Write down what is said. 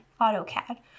AutoCAD